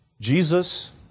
Jesus